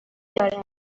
دارم